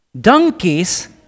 Donkeys